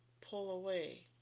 pull away,